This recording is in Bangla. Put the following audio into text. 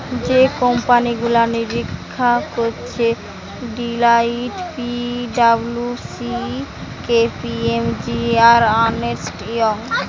যে কোম্পানি গুলা নিরীক্ষা করতিছে Deloitte, P W C, K P M G, আর আর্নেস্ট ইয়ং